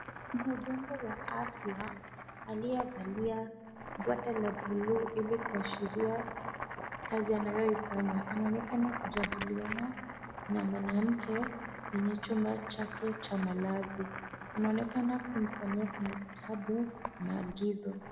Mhudumu wa afya aliyevalia gwanda la blue ili kuashiria kazi anayoifanya, anaonekana kujadiliana na mwanamke kwenye chumba chake cha malazi. Anaonekana kumsomea kwenye kitabu maagizo.